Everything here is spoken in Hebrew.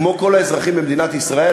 כמו כל האזרחים במדינת ישראל,